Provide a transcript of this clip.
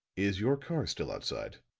is your car still outside?